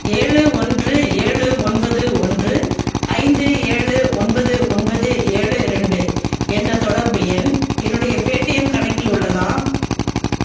ஏழு ஒன்று ஏழு ஒன்பது ஒன்று ஐந்து ஏழு ஒன்பது ஒன்பது ஏழு ரெண்டு என்ற தொடர்பு எண் என்னுடைய பேடிஎம் கணக்கில் உள்ளதா